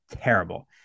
terrible